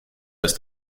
ist